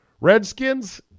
Redskins